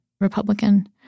Republican